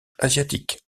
asiatique